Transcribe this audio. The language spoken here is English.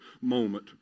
moment